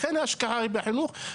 לכן, ההשקעה בחינוך היא נחוצה.